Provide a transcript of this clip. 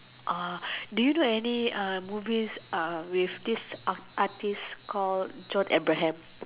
uh do you know any movies with this art artist called John Abraham